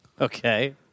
Okay